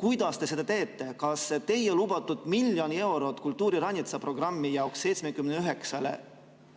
Kuidas te seda teete? Kas see teie lubatud miljon eurot kultuuriranitsa programmi jaoks 79